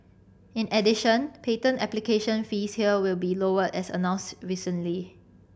in addition patent application fees here will be lowered as announced recently